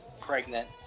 pregnant